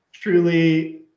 truly